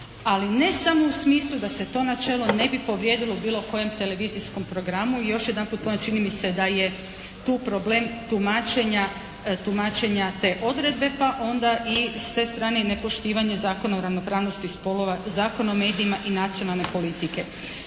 ali ne samo u tom smislu da se to načelo ne bi povrijedilo u bilo kojem televizijskom programu. Još jedanput ponavljam čini mi se da je tu problem tumačenja, tumačenja te odredbe pa onda i s te strane i nepoštivanje Zakona o ravnopravnosti spolova, Zakona o medijima i nacionalne politike.